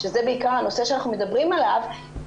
שזה בעיקר הנושא שאנחנו מדברים עליו,